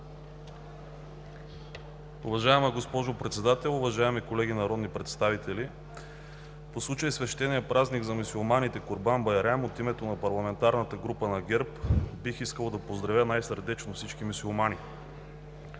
Уважаема госпожо Председател, уважаеми колеги народни представители! По случай свещения празник за мюсюлманите Курбан байрам от името на парламентарната група на ГЕРБ бих искал да поздравя най-сърдечно всички мюсюлмани!